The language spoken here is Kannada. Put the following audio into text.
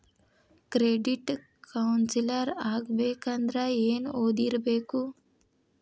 ಕ್ರೆಡಿಟ್ ಕೌನ್ಸಿಲರ್ ಆಗ್ಬೇಕಂದ್ರ ಏನ್ ಓದಿರ್ಬೇಕು?